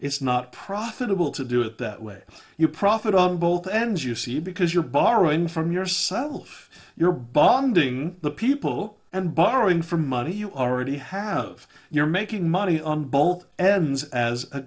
it's not profitable to do it that way you profit on both ends you see because you're borrowing from yourself you're bonding the people and borrowing for money you already have you're making money on both hands as a